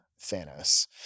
Thanos